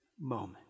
moment